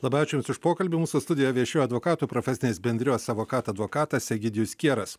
labai ačiū jums už pokalbį mūsų studijoje viešėjo advokatų profesinės bendrijos avokad advokatas egidijus kieras